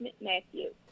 Matthew